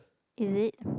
is it